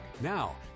Now